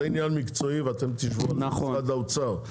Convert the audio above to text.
זה עניין מקצועי ואתם תשבו על זה עם משרד האוצר.